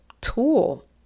tool